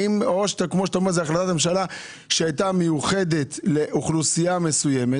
האם זו החלטת ממשלה שהייתה מיוחדת לאוכלוסייה מסוימת?